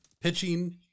pitching